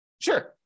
Sure